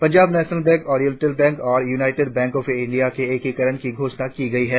Punjab National Bank Oriental Bank और United Bank of India के एकीकरण की घोषणा की गई है